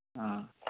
ହଁ